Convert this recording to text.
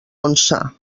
onça